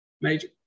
Major